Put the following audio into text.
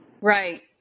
Right